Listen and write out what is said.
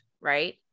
right